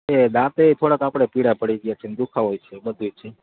દાંત ય થોડાક આપણે પીળા પડી ગયા છે અને દુઃખાવો ય છે બધુંય છે